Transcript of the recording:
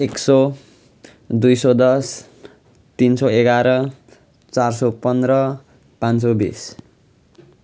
एक सौ दुई सौ दस तिन सौ एघार चार सौ पन्ध्र पाँच सौ बिस